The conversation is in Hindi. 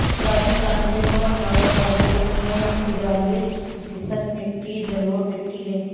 राजू जानते हो हमारे भारत देश में तिरालिस प्रतिशत मिट्टी जलोढ़ मिट्टी हैं